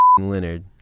Leonard